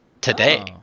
today